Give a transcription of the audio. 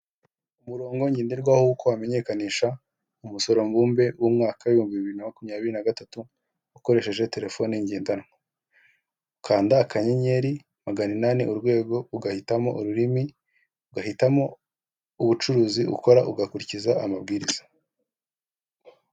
Raporo y'ubucuruzi yo mu bihumbi bibiri na makumyabiri nabiri y'ikigo cyitwa santi purinta, kuri raporo hagaragaraho uko icyo kigo cyakoresheje amafaranga guhera ibihumbibiri na makumyabiri rimwe mu kwezi kwa mbere kugeza mu kwezi kwa cumi na kabiri, ibihumbibiri na makumyabiri na rimwe.